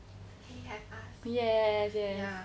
yes yes